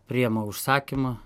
priema užsakymą